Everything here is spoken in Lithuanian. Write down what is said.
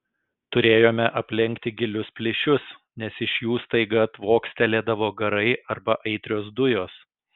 turėjome aplenkti gilius plyšius nes iš jų staiga tvokstelėdavo garai arba aitrios dujos